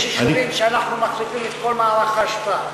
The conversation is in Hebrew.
יש יישובים שאנחנו מחליפים את כל מערך האשפה,